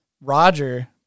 Roger